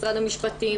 משרד המשפטים,